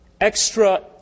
extra-